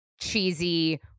cheesy